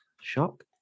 Shock